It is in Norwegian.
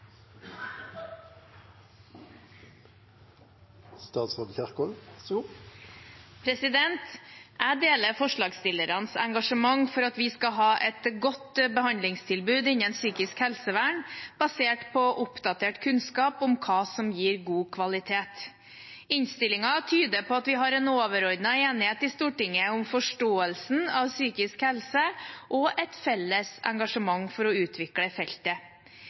Jeg deler forslagsstillernes engasjement for at vi skal ha et godt behandlingstilbud innen psykisk helsevern basert på oppdatert kunnskap om hva som gir god kvalitet. Innstillingen tyder på at vi har en overordnet enighet i Stortinget om forståelsen av psykisk helse og et felles engasjement for å utvikle feltet.